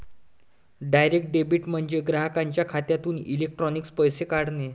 direct debit म्हणजे ग्राहकाच्या खात्यातून इलेक्ट्रॉनिक पैसे काढणे